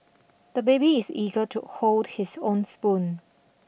the baby is eager to hold his own spoon